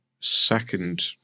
second